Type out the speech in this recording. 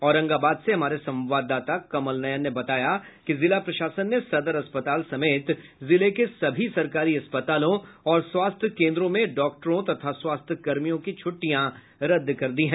औरंगाबाद से हमारे संवाददाता कमल किशोर ने बताया कि जिला प्रशासन ने सदर अस्पताल समेत जिले के सभी सरकारी अस्पतालों और स्वास्थ्य कोन्द्रों में डॉक्टरों तथा स्वास्थ्य कर्मियों की छुट्टियां रद्द कर दी हैं